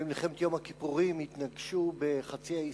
במלחמת יום הכיפורים התנגשו בחצי האי